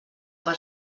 per